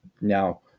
Now